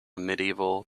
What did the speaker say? medieval